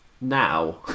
Now